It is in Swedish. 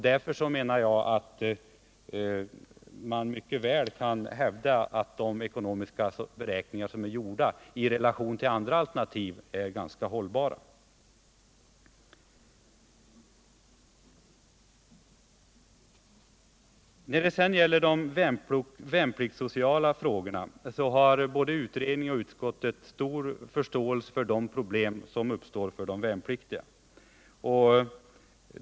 Därför menar jag att man mycket väl kan hävda att de ekonomiska beräkningar som är gjorda för olika alternativ är ganska hållbara i relation till varandra. Både utredning och utskott har stor förståelse för de problem som uppstår för de värnpliktiga.